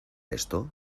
esto